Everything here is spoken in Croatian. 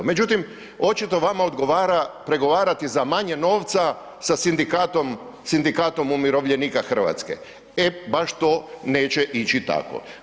Međutim, očito vama odgovara pregovarati za manje novca sa sindikatom, Sindikatom umirovljenika Hrvatske, e baš to neće ići tako.